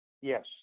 Yes